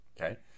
Okay